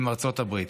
עם ארצות הברית.